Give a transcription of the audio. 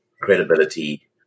credibility